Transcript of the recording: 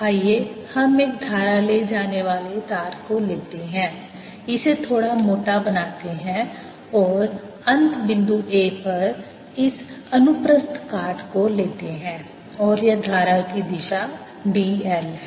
आइए हम एक धारा ले जाने वाले तार लेते हैं इसे थोड़ा मोटा बनाते हैं और अंत बिंदु A पर इस अनुप्रस्थ काट को लेते हैं और यह धारा की दिशा d l है